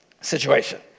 situation